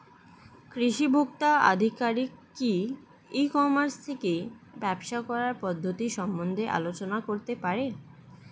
কৃষি ভোক্তা আধিকারিক কি ই কর্মাস থেকে ব্যবসা করার পদ্ধতি সম্বন্ধে আলোচনা করতে পারে?